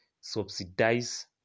subsidize